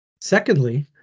Secondly